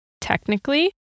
technically